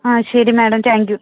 ആ ശരി madam thank you